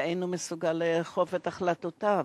ואינו מסוגל לאכוף את החלטותיו.